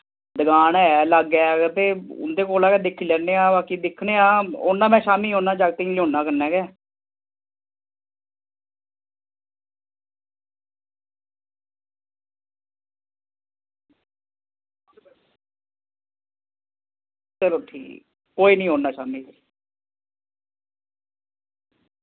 दकान है लाग्गै ते उंदै कोल दिक्खी लैन्नें आं दिक्खनें आं औनां में शाम्मी औन्नां जागते गी लेओनां कन्नैं गै चलो ठीक ऐ औनां शाम्मी लै